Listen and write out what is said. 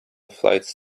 flights